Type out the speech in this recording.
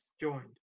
joined